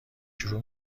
شروع